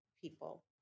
people